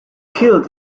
killed